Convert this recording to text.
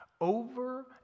Over